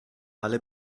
alle